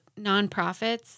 nonprofits